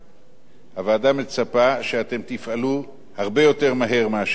הוועדה מצפה שאתם תפעלו הרבה יותר מהר מאשר עד תום השנה,